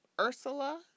Ursula